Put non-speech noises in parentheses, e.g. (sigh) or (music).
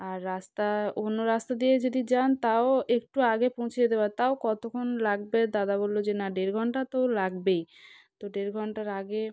আর রাস্তা অন্য রাস্তা দিয়ে যদি যান তাও একটু আগে পৌঁছে যেতে (unintelligible) তাও কতখন লাগবে দাদা বলল যে না দেড় ঘণ্টা তো লাগবেই তো দেড় ঘণ্টার আগে